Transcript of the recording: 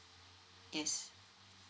yes